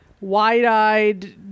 Wide-eyed